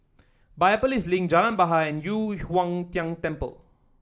Biopolis Link Jalan Bahar and Yu Huang Tian Temple